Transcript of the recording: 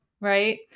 right